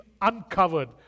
uncovered